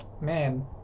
man